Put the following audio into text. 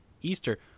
easter